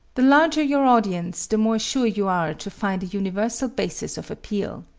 the larger your audience the more sure you are to find a universal basis of appeal.